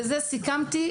בזה סיכמתי.